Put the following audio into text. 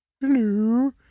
Hello